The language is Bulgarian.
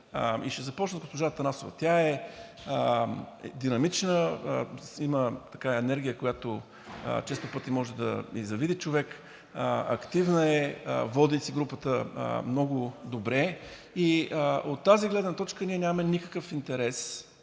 Ще започна от госпожа Атанасова. Тя е динамична, има енергия, за която често пъти може да и завиди човек, активна е, води си групата много добре и от тази гледна точка ние нямаме никакъв интерес,